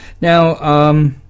Now